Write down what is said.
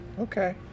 Okay